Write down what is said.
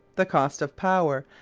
the costs of power,